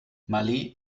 malé